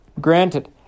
Granted